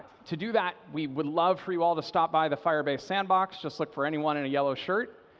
to do that, we would love for you all to stop by the firebase sandbox, just look for anyone in a yellow shirt,